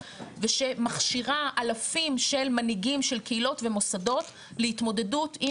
ושמכשירה אלפים של מנהיגים של קהילות ומוסדות להתמודדות עם